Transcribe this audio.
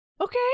Okay